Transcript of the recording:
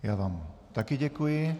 Já vám také děkuji.